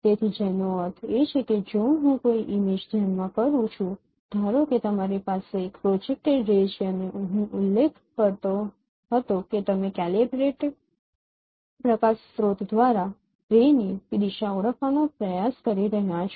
તેથી જેનો અર્થ એ છે કે જો હું કોઈ ઇમેજ ધ્યાનમાં કરું છું ધારો કે તમારી પાસે એક પ્રોજેકટેડ રે છે અને હું ઉલ્લેખ કરતો હતો કે તમે કેલિબ્રેટ પ્રકાશ સ્રોત દ્વારા કિરણ ની દિશા ઓળખવાનો પ્રયાસ કરી રહ્યાં છો